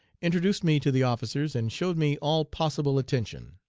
introduced me to the officers, and showed me all possible attention.